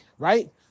right